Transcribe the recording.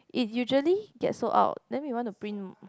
if usually get sold out then we want to print